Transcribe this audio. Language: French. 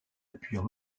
appuyant